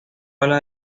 habla